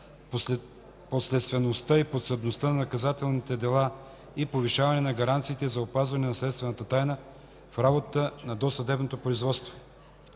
подследствеността и подсъдността на наказателните дела и повишаване на гаранциите за опазване на следствената тайна в работата на досъдебното производство.